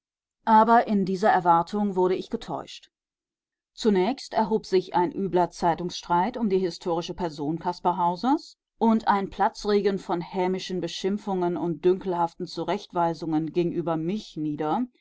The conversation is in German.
aber in dieser erwartung wurde ich getäuscht zunächst erhob sich ein übler zeitungsstreit um die historische person caspar hausers und ein platzregen von hämischen beschimpfungen und dünkelhaften zurechtweisungen ging über mich nieder